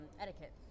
etiquette